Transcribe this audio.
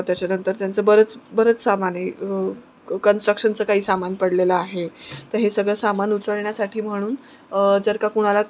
त्याच्यानंतर त्यांचं बरंच बरंच सामान आहे कन्स्ट्रक्शनचं काही सामान पडलेलं आहे तर हे सगळं सामान उचलण्यासाठी म्हणून जर का कुणाला